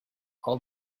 all